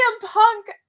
Punk